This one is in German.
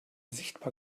sichtbar